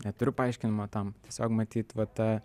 neturiu paaiškinimo tam tiesiog matyt vat ta